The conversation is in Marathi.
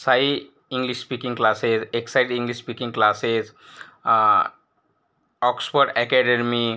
Sai English speaking classes excite English speaking classes Oxford academy